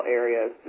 areas